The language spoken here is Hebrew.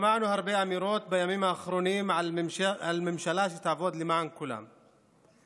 שמענו הרבה אמירות בימים האחרונים על ממשלה שתעבוד למען כולם,